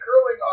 curling